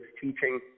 teaching